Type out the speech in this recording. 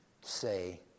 say